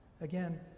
Again